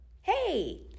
Hey